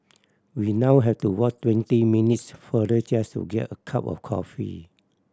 we now have to walk twenty minutes farther just to get a cup of coffee